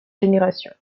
génération